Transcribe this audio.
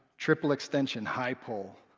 triple extension, high pull.